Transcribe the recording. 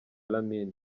lamin